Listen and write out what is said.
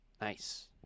Nice